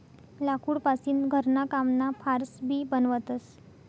लाकूड पासीन घरणा कामना फार्स भी बनवतस